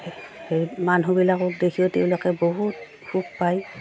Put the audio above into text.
সেই মানুহবিলাকক দেখিও তেওঁলোকে বহুত সুখ পায়